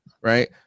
Right